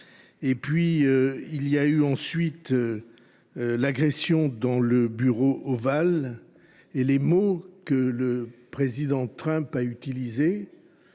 Il y a eu ensuite l’agression dans le Bureau ovale et les mots que le président Trump a utilisés.